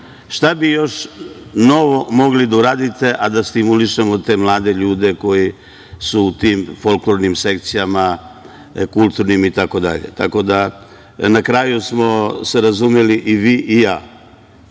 šta bi još novo mogli da uradite, a da stimulišemo te mlade ljude koji su u tim folklornim sekcijama, kulturnim itd. Tako da na kraju smo se razumeli i vi i ja